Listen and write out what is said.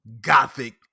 gothic